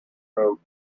room